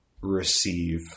receive